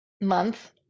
month